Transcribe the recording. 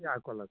ಯಾಕೂ ಅಲ್ಲ ಸರ್